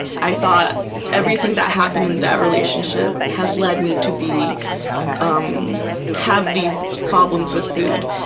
i thought everything that happened in that relationship has led me to be um have these problems with food.